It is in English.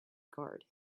guard